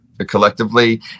collectively